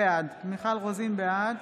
בעד יואב קיש, בעד